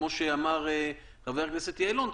כמו שאמר חבר הכנסת יעלון,